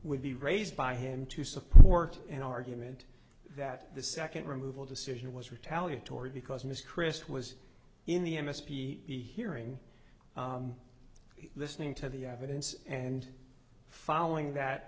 would be raised by him to support an argument that the second removal decision was retaliatory because mr crist was in the m s p hearing listening to the evidence and following that